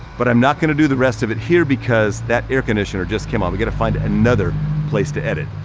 but i'm not gonna do the rest of it here because that air conditioner just came on. we gotta find another place to edit.